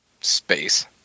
Space